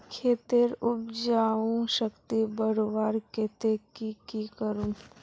खेतेर उपजाऊ शक्ति बढ़वार केते की की करूम?